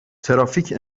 ترافیک